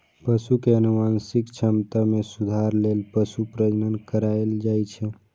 पशु के आनुवंशिक क्षमता मे सुधार लेल पशु प्रजनन कराएल जाइ छै